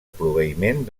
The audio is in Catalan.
proveïment